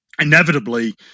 inevitably